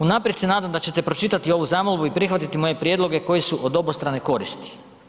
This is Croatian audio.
Unaprijed se nadam da ćete pročitati ovu zamolbu i prihvatiti moje prijedloge koji su od obostrane koristi.